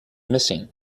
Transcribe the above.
missing